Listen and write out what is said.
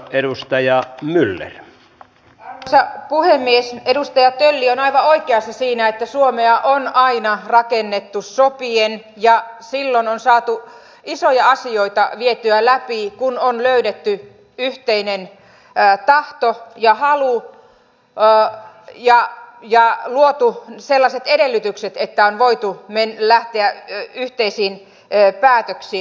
edustaja tölli on aivan oikeassa siinä että suomea on aina rakennettu sopien ja silloin on saatu isoja asioita vietyä läpi kun on löydetty yhteinen tahto ja halu ja luotu sellaiset edellytykset että on voitu lähteä yhteisiin päätöksiin